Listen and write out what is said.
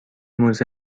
موزه